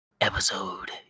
episode